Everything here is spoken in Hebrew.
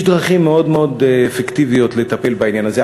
יש דרכים מאוד מאוד אפקטיביות לטפל בעניין הזה.